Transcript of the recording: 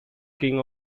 king